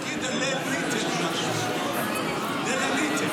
תגיד משהו על ליל הניטל.